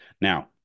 Now